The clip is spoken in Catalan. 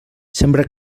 sembra